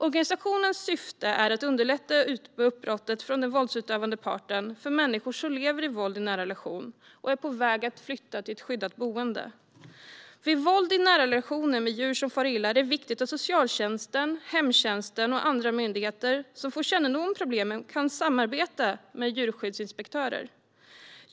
Organisationens syfte är att underlätta uppbrottet från den våldsutövande parten för människor som lever med våld i en nära relation och är på väg att flytta till ett skyddat boende. Vid våld i nära relationer med djur som far illa är det viktigt att socialtjänsten, hemtjänsten och andra myndigheter som får kännedom om problemen kan samarbeta med djurskyddsinspektörer.